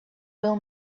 will